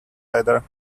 ladder